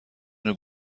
نوع